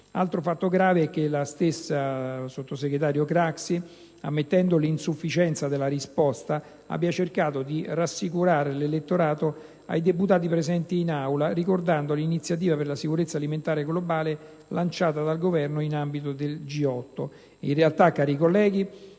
Altro fatto grave è che la stessa Craxi, ammettendo l'insufficienza della risposta, abbia cercato di rassicurare l'elettorato e i deputati presenti in Aula, ricordando l'iniziativa per la sicurezza alimentare globale lanciata dal Governo in ambito G8. In realtà, cari colleghi,